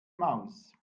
maus